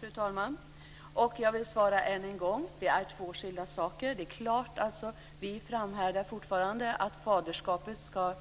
Fru talman! Jag vill svara än en gång att det är två skilda saker. Vi framhåller fortfarande att faderskapet ska